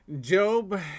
Job